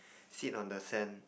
sit on the sand